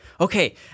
okay